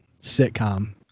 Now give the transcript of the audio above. sitcom